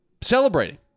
celebrating